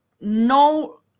no